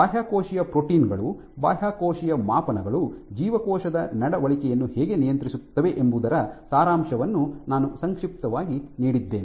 ಬಾಹ್ಯಕೋಶೀಯ ಪ್ರೋಟೀನ್ ಗಳು ಬಾಹ್ಯಕೋಶೀಯ ಮಾಪನಗಳು ಜೀವಕೋಶದ ನಡವಳಿಕೆಯನ್ನು ಹೇಗೆ ನಿಯಂತ್ರಿಸುತ್ತವೆ ಎಂಬುದರ ಸಾರಾಂಶವನ್ನು ನಾನು ಸಂಕ್ಷಿಪ್ತವಾಗಿ ನೀಡಿದ್ದೇನೆ